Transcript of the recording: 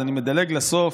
אז אני מדלג לסוף,